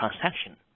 transaction